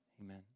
Amen